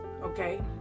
Okay